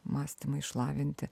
mąstymą išlavinti